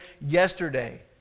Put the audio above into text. yesterday